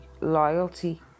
loyalty